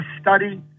study